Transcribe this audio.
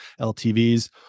LTVs